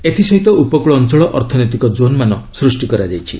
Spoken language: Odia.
ଏଥିସହିତ ଉପକୂଳ ଅଞ୍ଚଳ ଅର୍ଥନୈତିକ ଜୋନ୍ ମାନ ସୃଷ୍ଟି କରାଯାଇଛି